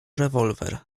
rewolwer